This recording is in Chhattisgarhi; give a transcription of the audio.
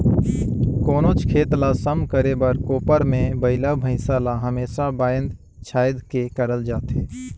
कोनोच खेत ल सम करे बर कोपर मे बइला भइसा ल हमेसा बाएध छाएद के करल जाथे